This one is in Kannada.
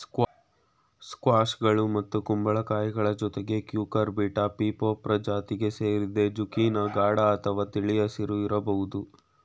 ಸ್ಕ್ವಾಷ್ಗಳು ಮತ್ತು ಕುಂಬಳಕಾಯಿಗಳ ಜೊತೆಗೆ ಕ್ಯೂಕರ್ಬಿಟಾ ಪೀಪೊ ಪ್ರಜಾತಿಗೆ ಸೇರಿದೆ ಜುಕೀನಿ ಗಾಢ ಅಥವಾ ತಿಳಿ ಹಸಿರು ಇರ್ಬೋದು